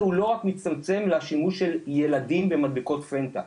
הוא לא רק מצטמצם לשימוש של ילדים ומדבקות פנטה,